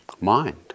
Mind